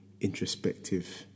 introspective